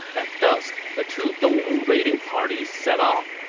at dusk, the two dongwu raiding parties set off.